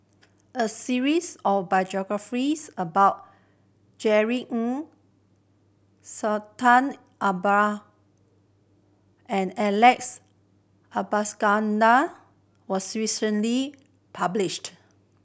a series of biographies about Jerry Ng Sultan Abu and Alex Abisheganaden was recently published